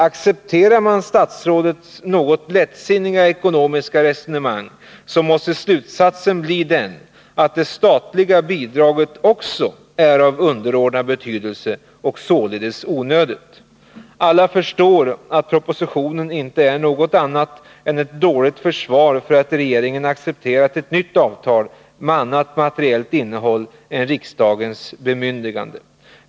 Accepterar man statsrådets något lättsinniga ekonomiska resonemang, måste slutsatsen bli den att det statliga bidraget också är av underordnad betydelse och således onödigt. Alla förstår att propositionen inte är något annat än ett dåligt försvar för att regeringen accepterat ett nytt avtal med annat materiellt innehåll än det som riksdagen bemyndigade.